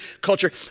culture